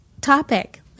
topic